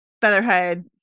Featherhead